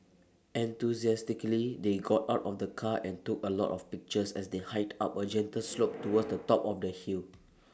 enthusiastically they got out of the car and took A lot of pictures as they hiked up A gentle slope towards the top of the hill